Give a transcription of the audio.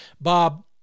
Bob